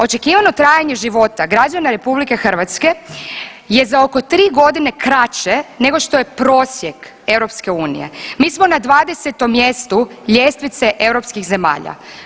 Očekivano trajanje života građana RH je za oko 3.g. kraće nego što je prosjek EU, mi smo na 20. mjestu ljestvice europskih zemalja.